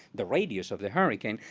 the radius of the hurricane.